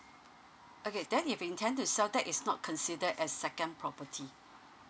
okay then if you've intend to sell that is not considered as second property